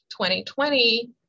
2020